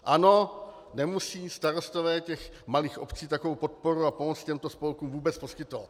Ano, nemusí starostové těch malých obcí takovou podporu a pomoc těmto spolkům vůbec poskytovat.